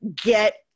get